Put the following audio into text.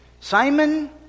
Simon